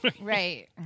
Right